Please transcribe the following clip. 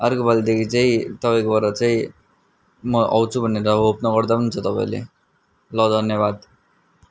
आर्कोपालिदेखि चाहिँ तपाईँको बाट चाहिँ म आउँछु भनेर होप नगर्दा पनि हुन्छ तपाईँले ल धन्यवाद